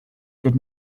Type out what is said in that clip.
did